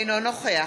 אינו נוכח